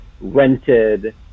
rented